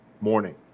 morning